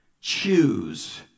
choose